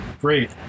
great